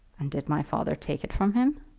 and did my father take it from him?